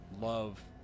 love